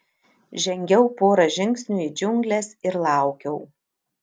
žengiau porą žingsnių į džiungles ir laukiau